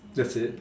that's it